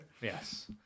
Yes